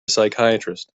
psychiatrist